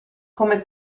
come